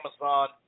Amazon